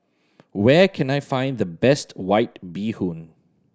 where can I find the best White Bee Hoon